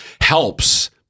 helps